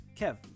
Kev